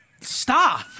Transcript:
stop